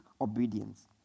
obedience